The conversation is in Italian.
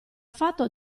fatto